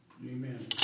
Amen